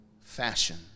fashion